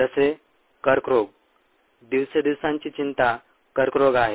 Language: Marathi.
जसे कर्करोग दिवसेंदिवसाची चिंता कर्करोग आहे